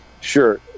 Sure